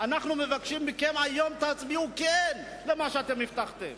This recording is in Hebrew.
אנחנו מבקשים מכם היום: תצביעו "כן" למה שהבטחתם.